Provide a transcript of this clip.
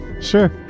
Sure